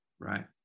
Right